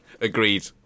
Agreed